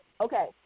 okay